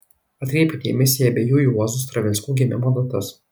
atkreipiu dėmesį į abiejų juozų stravinskų gimimo datas